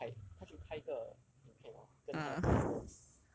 她去拍她去拍一个影片 orh 跟她的 pastor